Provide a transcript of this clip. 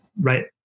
Right